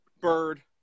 Bird